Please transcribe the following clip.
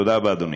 תודה רבה, אדוני.